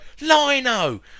Lino